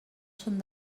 són